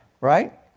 Right